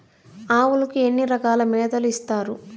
ఆవులకి ఎన్ని రకాల మేతలు ఇస్తారు?